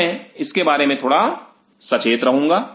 तो मैं इसके बारे में थोड़ा सचेत रहूंगा